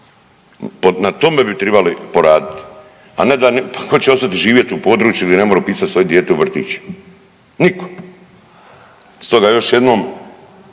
Na tome bi tribali poraditi, a ne da, pa tko će ostati živjeti u području gdje ne more upisati svoje dijete u vrtić. Nitko. Stoga još jednom